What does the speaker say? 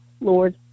Lord